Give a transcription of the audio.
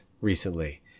recently